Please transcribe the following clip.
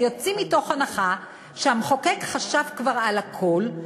יוצאים מהנחה שהמחוקק חשב כבר על הכול,